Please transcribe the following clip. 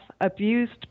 abused